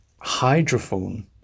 hydrophone